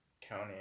county